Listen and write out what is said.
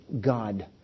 God